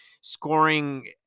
scoring